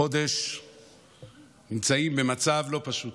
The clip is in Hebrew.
חודש נמצאים במצב לא פשוט